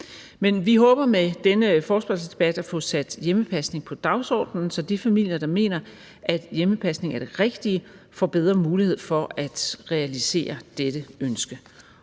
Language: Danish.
vi håber med denne forespørgselsdebat at få sat hjemmepasning på dagsordenen, så de familier, der mener, at hjemmepasning er det rigtige, får bedre mulighed for at realisere dette ønske.